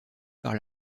par